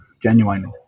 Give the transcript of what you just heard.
genuinely